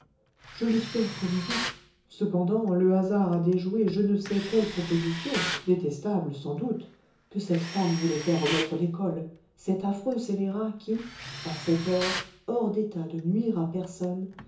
je l'espère comme vous cependant le hasard a déjoué je ne sais quelle proposition détestable sans doute que cette femme voulait faire au maître d'école cet affreux scélérat qui à cette heure hors d'état de nuire à personne